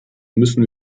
müssen